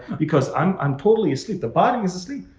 because i'm um totally asleep. the body is asleep,